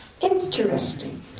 Interesting